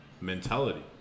mentality